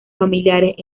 familiares